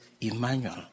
Emmanuel